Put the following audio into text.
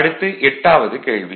அடுத்து எட்டாவது கேள்வி